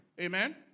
Amen